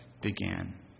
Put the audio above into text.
began